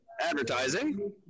advertising